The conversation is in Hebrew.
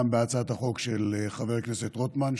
גם בהצעת החוק של חבר הכנסת רוטמן,